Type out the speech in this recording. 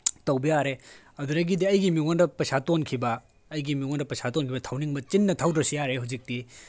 ꯇꯧꯕ ꯌꯥꯔꯦ ꯑꯗꯨꯗꯒꯤꯗꯤ ꯑꯩꯒꯤ ꯃꯤꯉꯣꯟꯗ ꯄꯩꯁꯥ ꯇꯣꯟꯈꯤꯕ ꯑꯩꯒꯤ ꯃꯤꯉꯣꯟꯗ ꯄꯩꯁꯥ ꯇꯣꯟꯈꯤꯕ ꯊꯧꯅꯤꯡꯕ ꯆꯤꯟꯅ ꯊꯧꯗ꯭ꯔꯁꯨ ꯌꯥꯔꯦ ꯍꯧꯖꯤꯛꯇꯤ